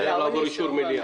זה חייב לעבור אישור מליאה.